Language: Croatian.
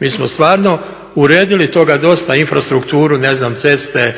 Mi smo stvarno uredili toga dosta, infrastrukturu, ceste.